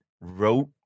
wrote